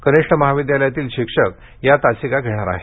कनिष्ठ महाविद्यालयातील शिक्षक या तासिका घेणार आहेत